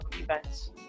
events